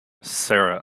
sarah